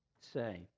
say